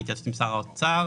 בהתייעצות עם שר האוצר,